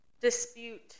dispute